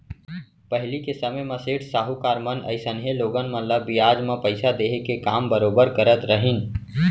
पहिली के समे म सेठ साहूकार मन अइसनहे लोगन मन ल बियाज म पइसा देहे के काम बरोबर करत रहिन